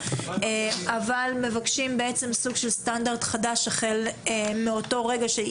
אבל מבקשים סוג של סטנדרט חדש החל מאותו רגע שזה